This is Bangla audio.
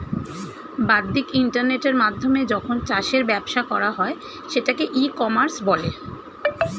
বাদ্দিক ইন্টারনেটের মাধ্যমে যখন চাষের ব্যবসা করা হয় সেটাকে ই কমার্স বলে